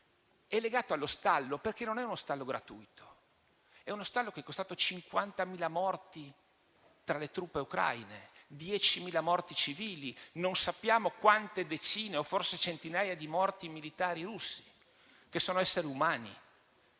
è legato allo stallo, che non è gratuito. È uno stallo che è costato 50.000 morti tra le truppe ucraine e 10.000 morti civili. Non sappiamo quante decine o forse centinaia di morti tra i militari russi, che sono esseri umani.